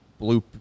bloop